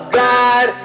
god